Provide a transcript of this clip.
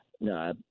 no